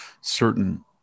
certain